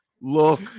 Look